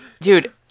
Dude